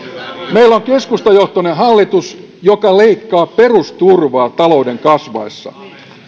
meillä on keskustajohtoinen hallitus joka leikkaa perusturvaa talouden kasvaessa